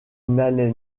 n’allait